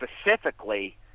specifically